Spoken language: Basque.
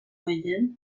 gehien